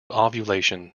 ovulation